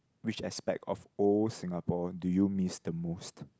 which aspect of old Singapore do you miss the most